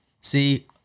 See